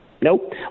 Nope